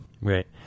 Right